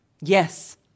Yes